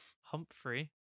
Humphrey